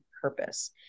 purpose